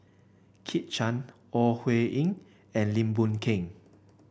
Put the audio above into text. Kit Chan Ore Huiying and Lim Boon Keng